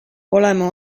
oleme